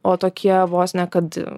o tokie vos ne kad